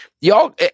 y'all